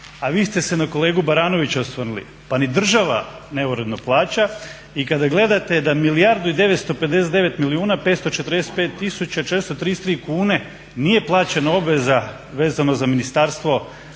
a vi ste se na kolegu Baranovića osvrnuli. Pa ni država neuredno plaća i kada gledate da milijardu i 959 milijuna 545 tisuća 433 kune nije plaćena obveza vezano za ministarstvo